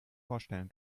vorstellen